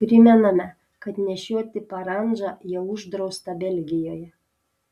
primename kad nešioti parandžą jau uždrausta belgijoje